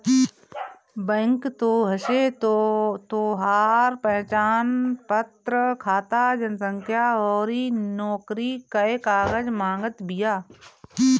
bank तोहसे तोहार पहचानपत्र, खाता संख्या अउरी नोकरी कअ कागज मांगत बिया